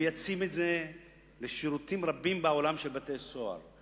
הם מייצאים את זה לשירותים רבים של בתי-סוהר בעולם,